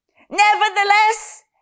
Nevertheless